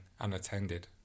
unattended